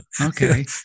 Okay